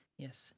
Yes